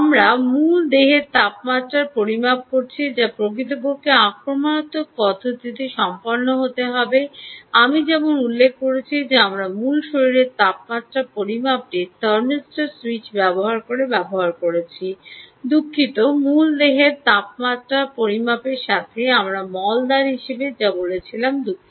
আমরা মূল দেহের তাপমাত্রা পরিমাপ করছি যা প্রকৃতপক্ষে আক্রমণাত্মক পদ্ধতিতে সম্পন্ন হবে যা আমি যেমন উল্লেখ করেছি যে আমরা মূল শরীরের তাপমাত্রা পরিমাপটি থার্মিস্টর সুইচ ব্যবহার করে ব্যবহার করছি দুঃখিত মূলত দেহের তাপমাত্রা পরিমাপের সাথে আমরা মলদ্বার হিসাবে যা বলেছিলাম দুঃখিত